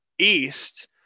east